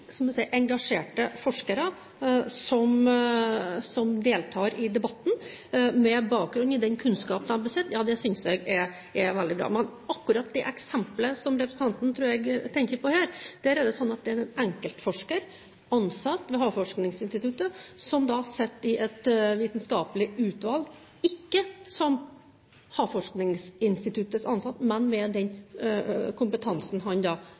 engasjerte forskere som deltar i debatten med bakgrunn i den kunnskapen de besitter, synes jeg er veldig bra. Men i akkurat det eksemplet som jeg tror at representanten tenker på her, er det slik at det er en enkeltforsker ansatt ved Havforskningsinstituttet som sitter i et vitenskapelig utvalg, ikke som Havforskningsinstituttets ansatt, men med den kompetansen han